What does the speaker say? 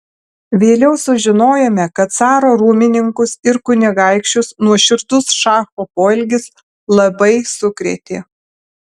vėliau sužinojome kad caro rūmininkus ir kunigaikščius nuoširdus šacho poelgis labai sukrėtė